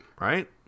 right